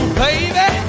baby